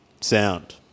sound